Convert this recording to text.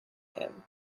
him